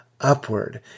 upward